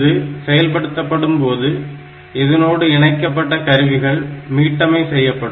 இது செயல்படுத்தப்படும் போது இதனோடு இணைக்கப்பட்ட கருவிகள் மீட்டமை செய்யப்படும்